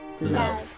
love